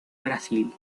brasil